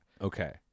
Okay